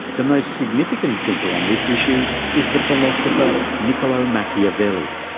the most significant thinker on this issue is the philosopher niccolo machiavelli.